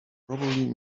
probably